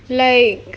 like